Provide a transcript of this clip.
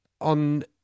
on